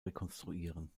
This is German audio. rekonstruieren